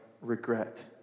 regret